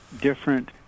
different